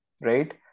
right